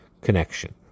connection